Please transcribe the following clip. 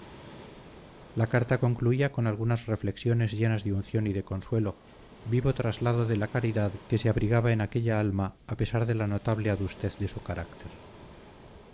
la carta concluía con algunas reflexiones llenas de unción y de consuelo vivo traslado de la caridad que se abrigaba en aquella alma a pesar de la notable adustez de su carácter